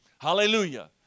hallelujah